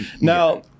Now